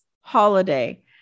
holiday